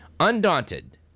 Undaunted